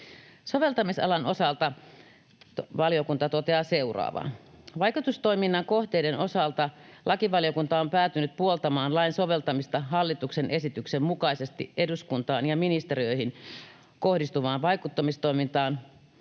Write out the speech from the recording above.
Soveltamisalan osalta valiokunta toteaa seuraavaa: Vaikutustoiminnan kohteiden osalta lakivaliokunta on päätynyt puoltamaan lain soveltamista hallituksen esityksen mukaisesti eduskuntaan ja ministeriöihin kohdistuvaan vaikuttamistoimintaan,